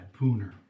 Pooner